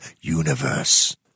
universe